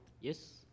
Yes